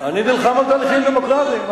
אני נלחם על תהליכים דמוקרטיים.